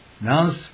now